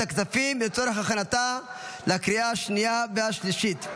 הכספים לצורך הכנתה לקריאה השנייה והשלישית.